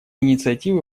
инициативы